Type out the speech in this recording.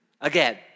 again